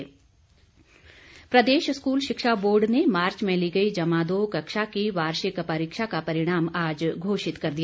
परीक्षा परिणाम प्रदेश स्कूल शिक्षा बोर्ड ने मार्च में ली गई जमा दो कक्षा की वार्षिक परीक्षा का परिणाम आज घोषित कर दिया